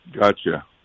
Gotcha